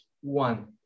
one